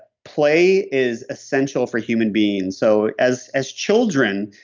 play is essential for human beings. so as as children,